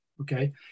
okay